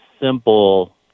simple